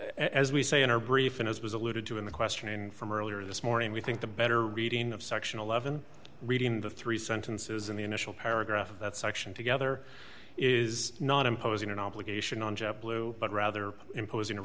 as we say in our brief and as was alluded to in the question in from earlier this morning we think the better reading of section eleven reading the three sentences in the initial paragraph of that section together is not imposing an obligation on jet blue but rather imposing a